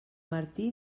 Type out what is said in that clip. martí